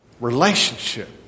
Relationship